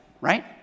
right